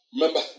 Remember